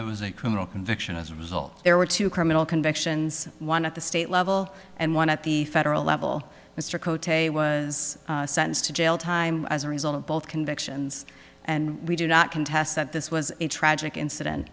there was a criminal conviction as a result there were two criminal convictions one at the state level and one at the federal level mr ct was sentenced to jail time as a result of both convictions and we do not contest that this was a tragic incident